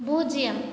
பூஜ்ஜியம்